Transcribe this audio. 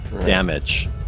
damage